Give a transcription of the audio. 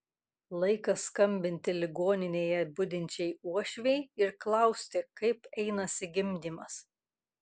laikas skambinti ligoninėje budinčiai uošvei ir klausti kaip einasi gimdymas